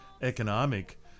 economic